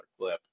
clip